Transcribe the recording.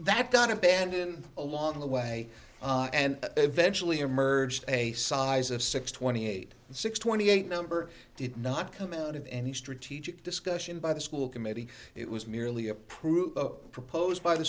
that got abandon along the way and eventually emerged a size of six twenty eight six twenty eight number did not come out of any strategic discussion by the school committee it was merely a proof proposed by the